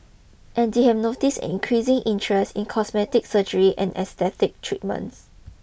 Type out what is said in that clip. and they have noticed an increasing interest in cosmetic surgery and aesthetic treatments